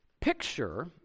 picture